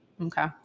Okay